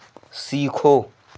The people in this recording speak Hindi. सीखो